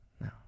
No